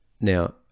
Now